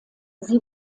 sie